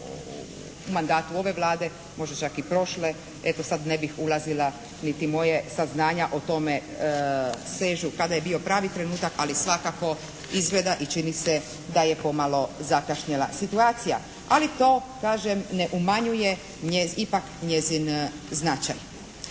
o mandatu ove Vlade, možda čak i prošle. Eto sad ne bih ulazila niti moje saznanja o tome sežu kada je bio pravi trenutak ali svakako izgleda i čini se da je pomalo zakašnjela situacija. Ali to kažem ne umanjuje ipak njezin značaj.